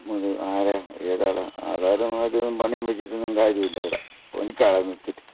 ആരാ ഏത് ആളാണ് ആധാരം അത് പണയം വച്ചിട്ടൊന്നും കാര്യമില്ല ഇവിടെ പണിക്ക് ആളെ നിർത്തിയിട്ട്